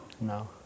No